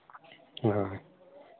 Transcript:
ᱦᱳᱭ